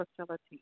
facility